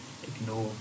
Ignore